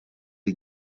les